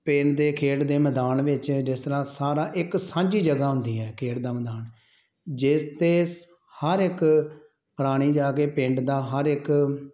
ਪਿੰਡ ਦੇ ਖੇਡ ਦੇ ਮੈਦਾਨ ਵਿੱਚ ਜਿਸ ਤਰ੍ਹਾਂ ਸਾਰਾ ਇੱਕ ਸਾਂਝੀ ਜਗ੍ਹਾ ਹੁੰਦੀ ਹੈ ਖੇਡ ਦਾ ਮੈਦਾਨ ਜਿਸ 'ਤੇ ਸ ਹਰ ਇੱਕ ਪ੍ਰਾਣੀ ਜਾ ਕੇ ਪਿੰਡ ਦਾ ਹਰ ਇੱਕ